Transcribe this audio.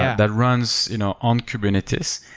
that runs you know on kubernetes.